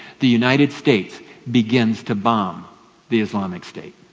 the united states begins to bomb the islamic state.